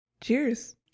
cheers